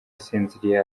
asinziriye